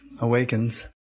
awakens